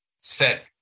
set